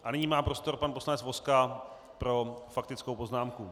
A nyní má prostor pan poslanec Vozka pro faktickou poznámku.